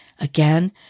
Again